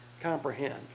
comprehend